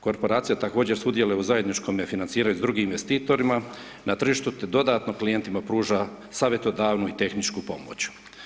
Korporacija također sudjeluje u zajedničkom financiranju s drugim investitorima na tržištu, te dodatno klijentima pruža savjetodavnu i tehničku pomoć.